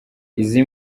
izi